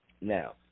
Now